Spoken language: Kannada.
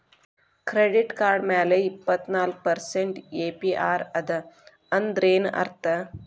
ಕೆಡಿಟ್ ಕಾರ್ಡ್ ಮ್ಯಾಲೆ ಇಪ್ಪತ್ನಾಲ್ಕ್ ಪರ್ಸೆಂಟ್ ಎ.ಪಿ.ಆರ್ ಅದ ಅಂದ್ರೇನ್ ಅರ್ಥ?